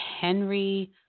Henry